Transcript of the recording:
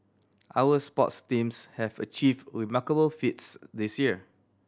our sports teams have achieved remarkable feats this year